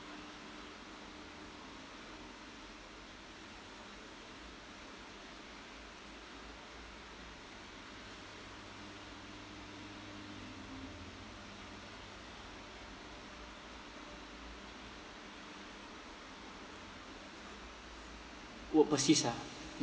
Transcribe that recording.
would persist ah